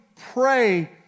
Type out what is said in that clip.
pray